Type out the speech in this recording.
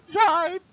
time